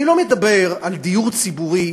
אני לא מדבר על דיור ציבורי,